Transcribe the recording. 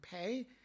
pay